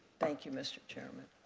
thank you, mr. chairman.